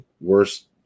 worst